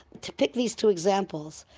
to pick these two examples,